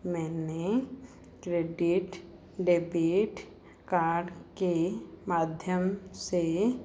मैंने credit debit card के माध्यम से